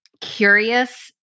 curious